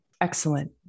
Excellent